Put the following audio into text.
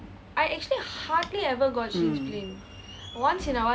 mm